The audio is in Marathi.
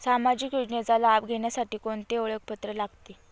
सामाजिक योजनेचा लाभ घेण्यासाठी कोणते ओळखपत्र लागते?